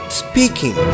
speaking